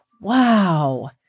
wow